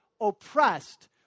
oppressed